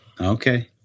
Okay